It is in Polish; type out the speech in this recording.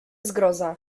zgroza